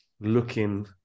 looking